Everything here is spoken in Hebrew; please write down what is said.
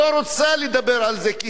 כי היא לא מעוניינת בשלום.